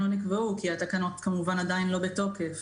לא נקבעו כי התקנות כמובן עדיין לא בתוקף.